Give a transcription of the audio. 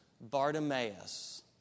Bartimaeus